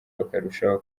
bakarushaho